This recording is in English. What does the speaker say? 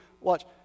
watch